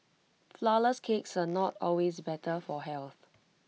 Flourless Cakes are not always better for health